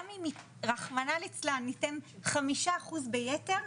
גם אם רחמנא ליצלן ניתן 5 אחוז ביתר,